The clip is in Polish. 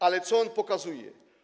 Ale co on pokazuje?